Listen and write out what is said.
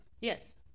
Yes